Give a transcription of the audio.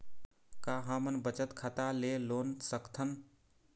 का हमन बचत खाता ले लोन सकथन?